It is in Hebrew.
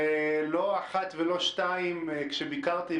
ולא אחת ולא שתיים כשביקרתי,